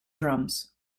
drums